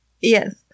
Yes